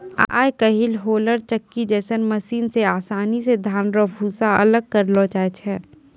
आय काइल होलर चक्की जैसन मशीन से आसानी से धान रो भूसा अलग करलो जाय छै